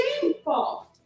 Shameful